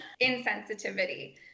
insensitivity